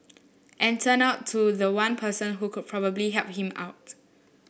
and turned to the one person who could probably help him out